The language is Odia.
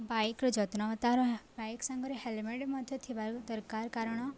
ବାଇକ୍ର ଯତ୍ନ ତାର ବାଇକ ସାଙ୍ଗରେ ହେଲମେଟ ମଧ୍ୟ ଥିବା ବି ଦରକାର କାରଣ